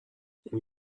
اون